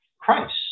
Christ